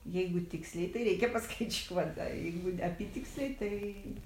jeigu tiksliai tai reikia paskaičiuot da jeigu apytiksliai tai